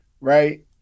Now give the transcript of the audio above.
right